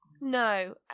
No